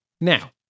now